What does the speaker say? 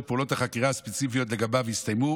פעולות החקירה הספציפיות לגביו הסתיימו.